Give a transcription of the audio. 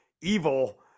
evil